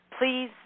please